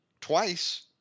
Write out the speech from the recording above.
twice